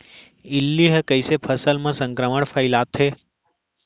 इल्ली ह कइसे फसल म संक्रमण फइलाथे?